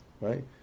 right